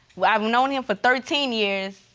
while i've known him for thirteen years.